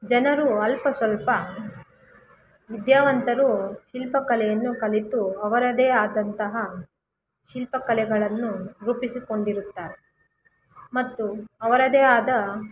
ಜನರು ಅಲ್ಪ ಸ್ವಲ್ಪ ವಿದ್ಯಾವಂತರು ಶಿಲ್ಪಕಲೆಯನ್ನು ಕಲಿತು ಅವರದೇ ಆದಂತಹ ಶಿಲ್ಪಕಲೆಗಳನ್ನು ರೂಪಿಸಿಕೊಂಡಿರುತ್ತಾರೆ ಮತ್ತು ಅವರದೇ ಆದ